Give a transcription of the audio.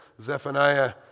Zephaniah